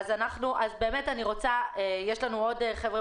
יש לנו עוד חבר'ה